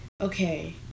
Okay